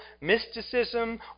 mysticism